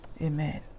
Amen